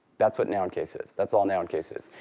that's what noun case is. that's all noun case is.